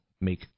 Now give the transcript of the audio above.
make